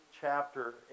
chapter